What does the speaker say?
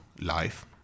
life